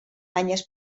banyes